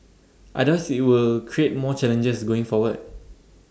others IT will create more challenges going forward